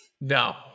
No